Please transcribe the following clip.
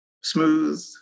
Smooth